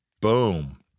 Boom